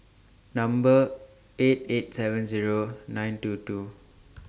Number eight eight seven Zero nine two two